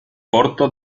porto